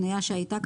אנייה חדשה.